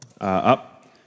up